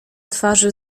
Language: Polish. twarzy